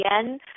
again